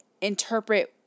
interpret